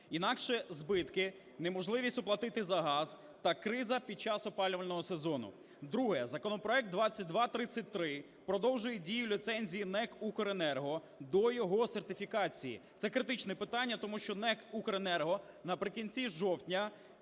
інакше збитки, неможливість уплатити за газ та криза під час опалювального сезону. Друге. Законопроект 2233 продовжує дію ліцензії НЕК "Укренерго" до його сертифікації. Це критичне питання. Тому що НЕК "Укренерго" наприкінці жовтня